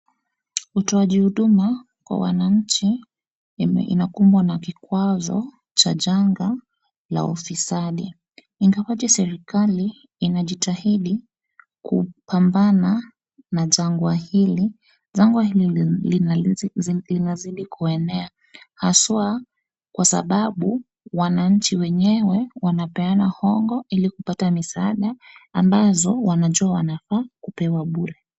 Utoaji huduma kwa wananchi, inakumbwa na kikwazo cha janga la ufisadi. Ingawaje serikali inajitahidi kupambana na jangwa hili. Jangwa hili ndio linazidi kuenea, haswa kwasabau, wananchi wenyewe wanapeana hongo ili kupata misaada ambazo wanajua wanafaa kupewa bure.